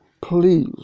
please